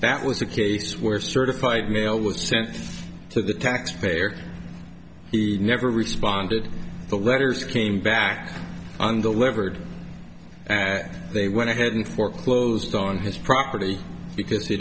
that was a case where certified mail was sent to the taxpayer he never responded the letters came back on the levered they went ahead and foreclosed on his property because he